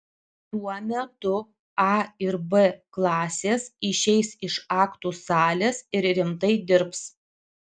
tuo metu a ir b klasės išeis iš aktų salės ir rimtai dirbs